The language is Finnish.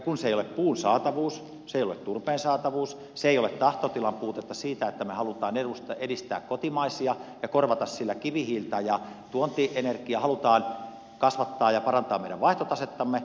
kun se ei ole puun saatavuus se ei ole turpeen saatavuus se ei ole tahtotilan puutetta siitä että me haluamme edistää kotimaisia ja korvata niillä kivihiiltä ja tuontienergiaa haluamme kasvattaa ja parantaa meidän vaihtotasettamme niin mikä se syy sitten oli